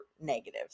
negatives